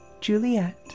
Juliet